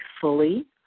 fully